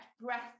breath